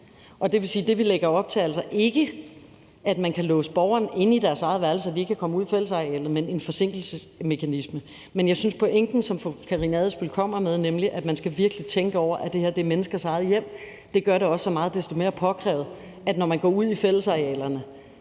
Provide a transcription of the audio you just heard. Det vil sige, at det, vi lægger op til, altså ikke er, at man kan låse borgeren inde på deres eget værelse, så de ikke kan komme ud på fællesarealet, men det er en forsinkelsesmekanisme. Men jeg synes, at fru Karina Adsbøls pointe, som hun kommer med, nemlig at man virkelig skal tænke over, at det her er menneskers eget hjem, gør det så meget desto mere påkrævet, at man, når man går ud på fællesarealerne,